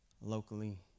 Locally